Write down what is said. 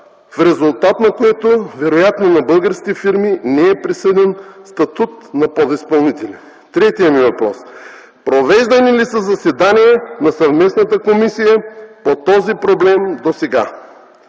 в резултат на което вероятно на българските фирми не е присъден статут на подизпълнители? Третият ми въпрос е: провеждани ли са заседания на съвместната комисия по този проблем досега?